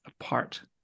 apart